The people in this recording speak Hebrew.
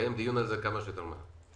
לקיים דיון על זה כמה שיותר מהר.